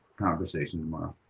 conversation tomorrow.